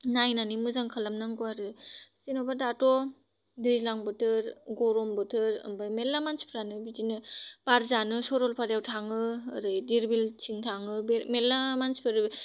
नायनानै मोजां खालामनांगौ आरो जेनेबा दाथ' दैज्लां बोथोर गरम बोथोर आमफ्राय मेल्ला मानसिफ्रानो बिदिनो बार जानो सरलपारायाव थाङो ओरै दिरबिलथिं थाङो मेल्ला मानसिफोर